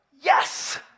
Yes